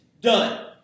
Done